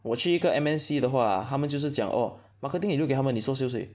我去一个 M_N_C 的话 ah 他们就是讲 orh marketing 你留给他们你做 sales 而已